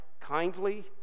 kindly